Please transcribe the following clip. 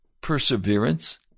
perseverance